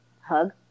hug